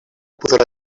podrà